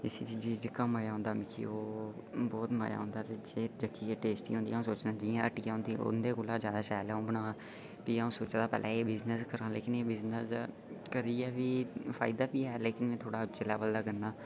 होर बी जेह्की चीजें दा मजा औंदा मिगी ओह् बहुत मजा औंदा जे दिक्खियै टेस्टी होंदियां औंदे कोला पैह्ले अ'ऊं बनां ते अ'ऊं सोचा जि'यां हट्टिया होंदियां ओह्दे कोला जैदा शैल बनां ते अ'ऊं सोचा दा पैह्ले एह् बिजनस करां लेकिन एह् बिजनस करियै बी फायदा बी ऐ लेकिन थोह्ड़ा जिसलै ओल्लै करना